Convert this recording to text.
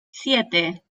siete